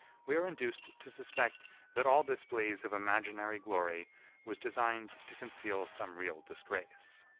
we are induced to suspect that all this blaze of imaginary glory was designed to conceal some real disgrace.